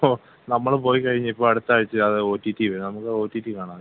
ഓ നമ്മൾ പോയി കഴിഞ്ഞപ്പോൾ അടുത്താഴ്ച്ച അത് ഒ ടി ടി വരുന്നത് നമുക്ക് ഒ ടി ടി കാണാം